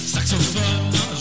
Saxophone